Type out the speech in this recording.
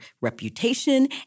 reputation